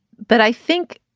but i think